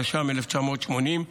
התש"ם 1980,